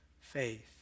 faith